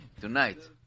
Tonight